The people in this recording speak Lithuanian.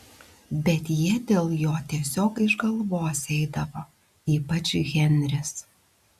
bet jie dėl jo tiesiog iš galvos eidavo ypač henris